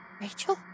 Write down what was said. Rachel